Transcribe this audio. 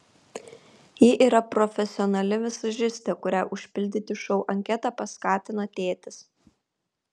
ji yra profesionali vizažistė kurią užpildyti šou anketą paskatino tėtis